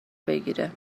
بگیره